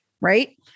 Right